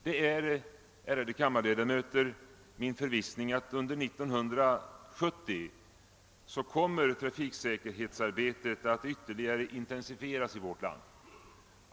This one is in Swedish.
Det är, ärade kammarledamöter, min förvissning att trafiksäkerhetsarbetet under år 1970 kommer att ytterligare intensifieras i vårt land.